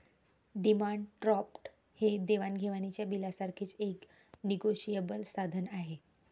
demand draft हे देवाण घेवाणीच्या बिलासारखेच एक निगोशिएबल साधन आहे